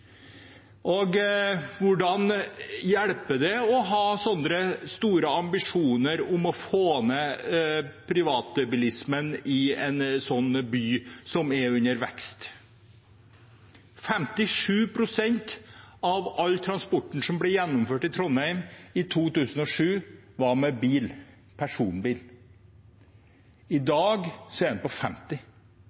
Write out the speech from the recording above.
Hvordan hjelper det å ha sånne store ambisjoner om å få ned privatbilismen i en by som er under vekst? 57 pst. av all transporten som ble gjennomført i Trondheim i 2007, var med bil, personbil. I dag er den på 50